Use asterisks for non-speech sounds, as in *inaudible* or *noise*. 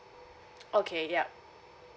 *noise* okay yup